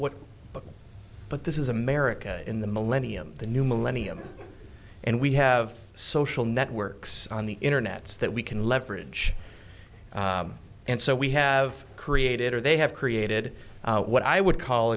what about but this is america in the millennium the new millennium and we have social networks on the internets that we can leverage and so we have created or they have created what i would call